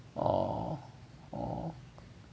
oh oh